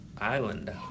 Island